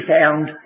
found